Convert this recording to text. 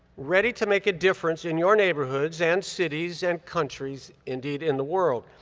ready to make a difference in your neighborhoods and cities and countries, indeed, in the world.